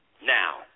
Now